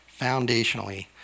foundationally